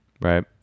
right